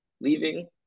leaving